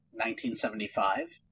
1975